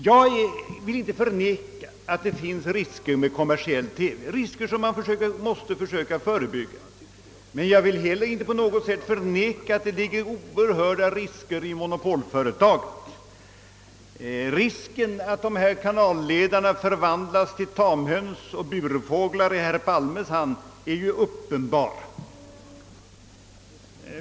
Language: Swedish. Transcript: Jag vill inte förneka att det finns risker med kommersiell TV, risker som man måste försöka förebygga, men jag vill heller inte på något sätt förneka att det ligger oerhörda risker i monopolföretag. Faran för att dessa kanalledare förvandlas till tamhöns och bur fåglar i herr Palmes hand är ju uppenbar.